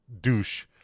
douche